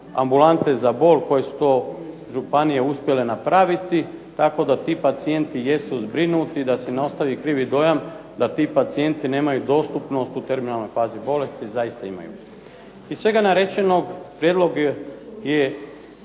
ambulante za bol koje su to županije uspjele napraviti tako da ti pacijenti jesu zbrinuti, da se ne ostavi krivi dojam da ti pacijenti nemaju dostupnost u terminalnoj fazi bolesti. Zaista imaju. Iz svega narečenog, prijedlog je